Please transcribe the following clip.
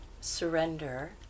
surrender